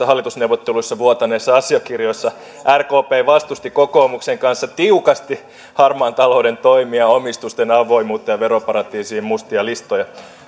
hallitusneuvotteluista vuotaneissa asiakirjoissa rkp vastusti kokoomuksen kanssa tiukasti harmaan talouden toimia omistusten avoimuutta ja veroparatiisien mustia listoja